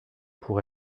pour